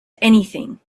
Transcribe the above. anything